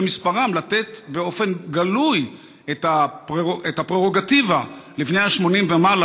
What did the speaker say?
לתת באופן גלוי את הפררוגטיבה לבני ה-80 ומעלה